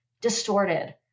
distorted